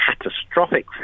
catastrophic